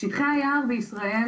שטחי היער בישראל,